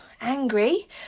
angry